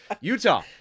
Utah